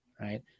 right